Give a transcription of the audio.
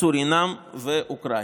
סורינאם ואוקראינה.